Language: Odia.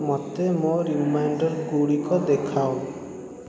ମୋତେ ମୋ ରିମାଇଣ୍ଡର୍ଗୁଡ଼ିକ ଦେଖାଅ